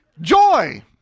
Joy